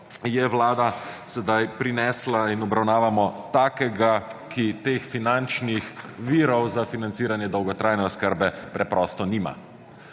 je vlada sedaj prinesla in obravnavamo takega, ki teh finančnih virov za financiranje virov dolgotrajne oskrbe preprosto nima.